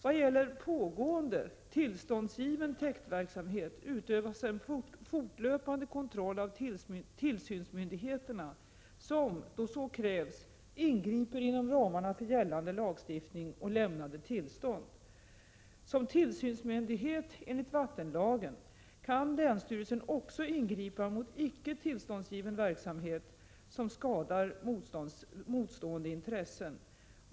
Vad gäller pågående, tillståndsgiven täktverksamhet utövas en fortlöpan 73 de kontroll av tillsynsmyndigheterna som, då så krävs, ingriper inom ramarna för gällande lagstiftning och lämnade tillstånd. Som tillsynsmyndighet enligt vattenlagen kan länsstyrelsen också ingripa mot icke tillståndsgiven verksamhet som skadar motstående intressen.